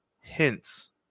hints